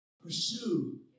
Pursue